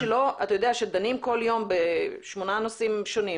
אבל חברי הכנסת שדנים כל יום בשמונה נושאים שונים,